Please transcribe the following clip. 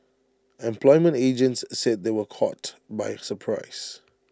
employment agents said they were caught by surprise